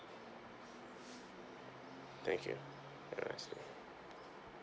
thank you have a nice day